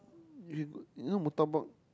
you you know Murtabak